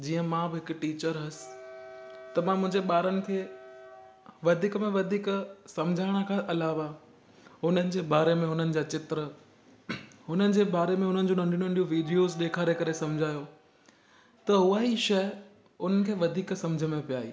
जीअं मां ब हिकु टीचर हुअसि त मां मुंहिंजे ॿारनि खे वधीक में वधीक समुझाइण खां अलावा हुननि जे बारे में हुननि जा चित्र हुननि जे बारे में हुननि जूं नंढी नंढी वीडियोज़ ॾेखारे करे समुझायो त उहा ई शइ उन्हनि खे वधीक समुझ में पिए आई